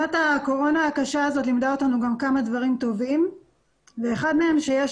שנת הקורונה הקשה הזאת לימדה אותנו גם כמה דברים טובים ואחד מהם זה שיש